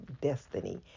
destiny